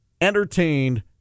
entertained